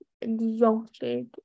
exhausted